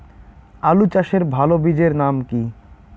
আলু চাষের ভালো বীজের নাম কি?